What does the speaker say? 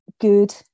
good